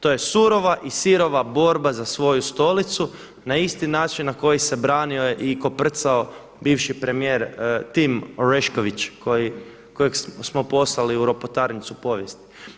To je surova i sirova borba za svoju stolicu na isti način na koji se branio i koprcao bivši premijer Tim Orešković kojeg smo poslali u ropotarnicu povijesti.